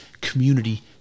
community